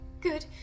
good